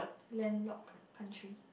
land locked country